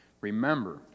Remember